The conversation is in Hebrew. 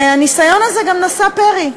והניסיון הזה גם נשא פרי.